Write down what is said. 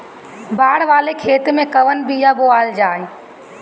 बाड़ वाले खेते मे कवन बिया बोआल जा?